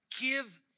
Give